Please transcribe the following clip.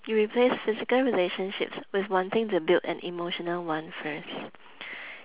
you replaced physical relationships with wanting to build an emotional one first